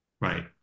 right